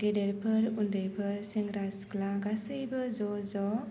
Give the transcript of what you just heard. गेदेरफोर उन्दैफोर सेंग्रा सिख्ला गासैबो ज' ज'